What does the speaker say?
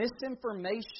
misinformation